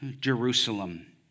Jerusalem